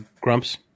Grumps